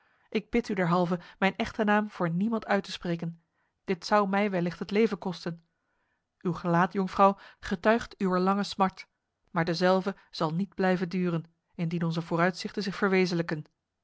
ik bid u derhalve mijn echte naam voor niemand uit te spreken dit zou mij wellicht het leven kosten uw gelaat jonkvrouw getuigt uwer lange smart maar dezelve zal niet blijven duren indien onze vooruitzichten zich verwezenlijken